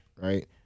Right